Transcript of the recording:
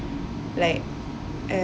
like